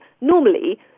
normally